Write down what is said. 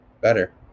better